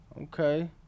Okay